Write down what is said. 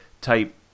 type